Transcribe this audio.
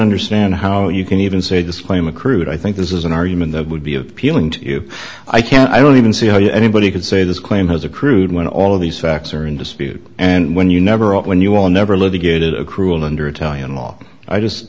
understand how you can even say this claim accrued i think this is an argument that would be appealing to you i can't i don't even see how anybody could say this claim has accrued when all of these facts are in dispute and when you never up when you will never live to get a cruel under italian law i just